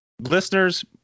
Listeners